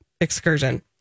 excursion